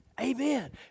Amen